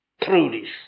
prudish